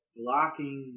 blocking